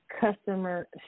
customer